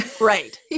Right